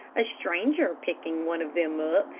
a stranger picking one of them up,